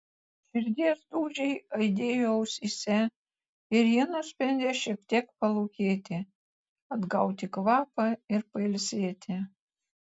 širdies dūžiai aidėjo ausyse ir ji nusprendė šiek tiek palūkėti atgauti kvapą ir pailsėti